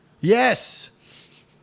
yes